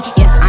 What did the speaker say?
yes